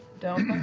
don't